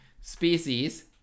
species